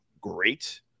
Great